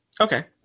Okay